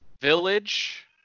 Village